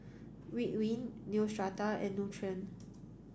Ridwind Neostrata and Nutren